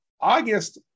August